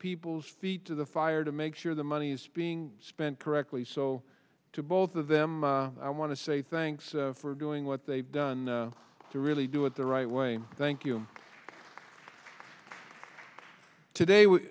people's feet to the fire to make sure the money is being spent correctly so to both of them i want to say thanks for doing what they've done to really do it the right way thank you today w